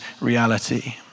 reality